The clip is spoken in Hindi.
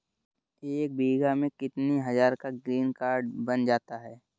एक बीघा में कितनी हज़ार का ग्रीनकार्ड बन जाता है?